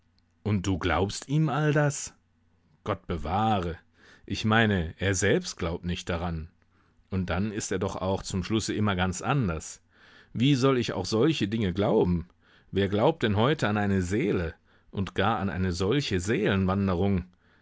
und du glaubst ihm all das gott bewahre ich meine er selbst glaubt nicht daran und dann ist er doch auch zum schlusse immer ganz anders wie soll ich auch solche dinge glauben wer glaubt denn heute an eine seele und gar an eine solche